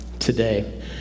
today